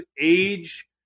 age